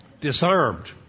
Disarmed